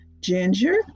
Ginger